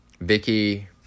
Vicky